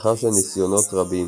לאחר שניסיונות רבים